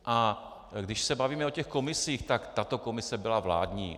A když se bavíme o těch komisích tato komise byla vládní.